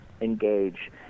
engage